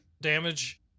damage